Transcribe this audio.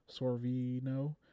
Sorvino